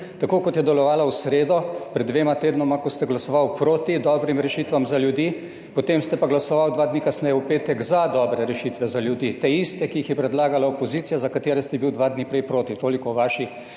tako kot je delovala v sredo pred dvema tednoma, ko ste glasoval proti dobrim rešitvam za ljudi, potem ste pa glasovali dva dni kasneje, v petek, za dobre rešitve za ljudi, te iste, ki jih je predlagala opozicija, za katere ste bil dva dni prej proti. Toliko o vaši